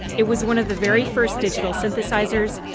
it was one of the very first digital synthesizers,